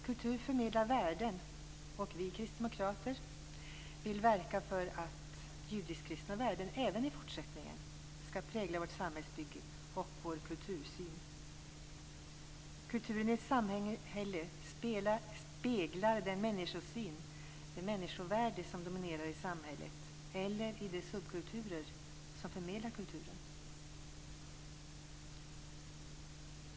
Kultur förmedlar värden, och vi kristdemokrater vill verka för att judisk-kristna värden även i fortsättningen skall få prägla vårt samhällsbygge och vår kultursyn. Kulturen i ett samhälle speglar den människosyn och det människovärde som dominerar i samhället eller i de subkulturer som förmedlar kulturen.